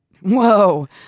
Whoa